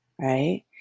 right